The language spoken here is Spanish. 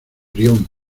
brión